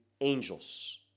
angels